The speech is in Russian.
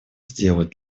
сделать